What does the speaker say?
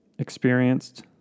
experienced